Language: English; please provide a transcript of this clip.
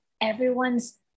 everyone's